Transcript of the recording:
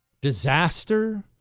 disaster